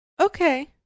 Okay